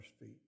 feet